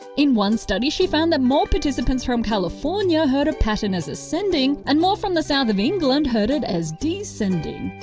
in one study she found that more participants from california heard a pattern as ascending, and more from the south of england heard it as descending.